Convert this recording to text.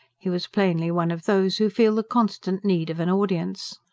he was plainly one of those who feel the constant need of an audience.